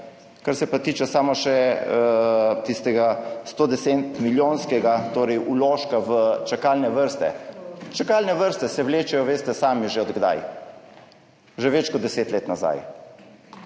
Kar se pa tiče samo še tega tistega 110-milijonskega vložka v čakalne vrste. Čakalne vrste se vlečejo, veste sami, od kdaj že, že več kot 10 let nazaj.